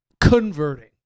Converting